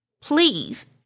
please